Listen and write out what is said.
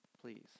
please